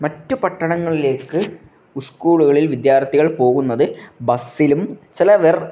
മറ്റു പട്ടണങ്ങളിലേക്ക് സ്കുളുകളിൽ വിദ്യാർഥികൾ പോകുന്നത് ബസ്സിലും ചില വേറെ